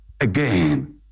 again